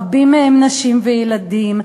רבים מהם נשים וילדים,